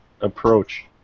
approach